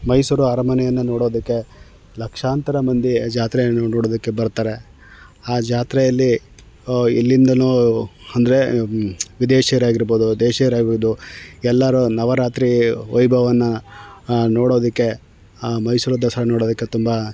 ಮೈಸೂರು ಅರಮನೆಯನ್ನು ನೋಡೋದಕ್ಕೆ ಲಕ್ಷಾಂತರ ಮಂದಿ ಜಾತ್ರೆಯನ್ನು ನೋಡೋದಕ್ಕೆ ಬರ್ತಾರೆ ಆ ಜಾತ್ರೆಯಲ್ಲಿ ಎಲ್ಲಿಂದಲೋ ಅಂದರೆ ವಿದೇಶಿಯರೇ ಆಗಿರ್ಬೋದು ದೇಶಿಯರೇ ಆಗಿರ್ಬೋದು ಎಲ್ಲರೂ ನವರಾತ್ರಿ ವೈಭವವನ್ನ ನೋಡೋದಕ್ಕೆ ಮೈಸೂರು ದಸರಾ ನೋಡೋದಕ್ಕೆ ತುಂಬ